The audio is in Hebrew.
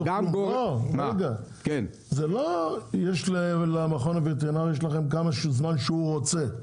זה לא שיש למכון הווטרינרי שלכם כמה זמן שהוא רוצה,